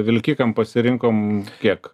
vilkikam pasirinkom kiek